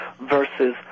versus